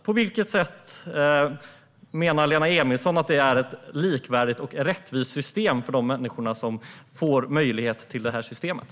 På vilket sätt menar Lena Emilsson att det är ett likvärdigt och rättvist system för de människor som får möjlighet att ta del av det?